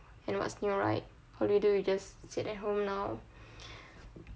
and what's new right holiday we just sit at home now